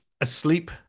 asleep